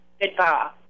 Goodbye